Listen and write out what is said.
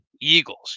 Eagles